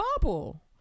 bubble